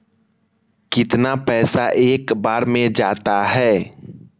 कितना पैसा एक बार में जाता है?